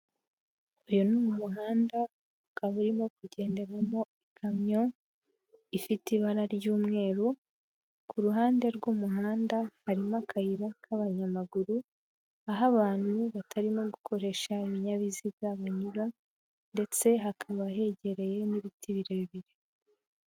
Uyu ni umuhanda, ukaba urimo kugenderamo ikamyo, ifite ibara ry'umweru, ku ruhande rw'umuhanda harimo akayira k'abanyamaguru, aho abantu batarimo gukoresha ibinyabiziga banyura ndetse hakaba hegereye n'ibiti birebire.